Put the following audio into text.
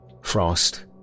Frost